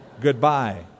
goodbye